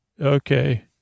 Okay